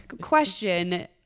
Question